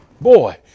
Boy